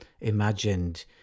imagined